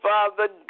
Father